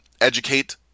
educate